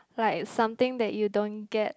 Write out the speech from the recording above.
like something that you don't get